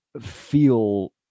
feel